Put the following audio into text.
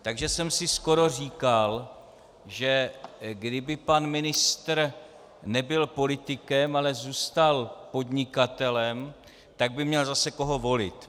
Takže jsem si skoro říkal, že kdyby pan ministr nebyl politikem, ale zůstal podnikatelem, tak by měl zase koho volit.